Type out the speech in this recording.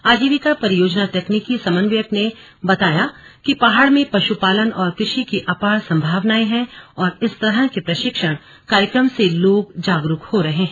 आजीविका परियोजना तकनीकी समन्वयक ने बताया की पहाड़ में पशुपालन और कृषि की अपार संभावनाएं हैं और इस तरह के प्रशिक्षण कार्यक्रम से लोग जागरूक हो रहे हैं